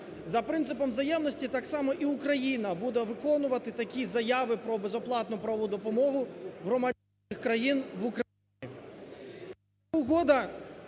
За принципом взаємності так само і Україна буде виконувати такі заяви про безоплатну правову допомогу громадянам країн в Україні.